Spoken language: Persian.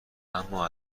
اما